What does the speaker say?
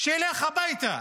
שילך הביתה.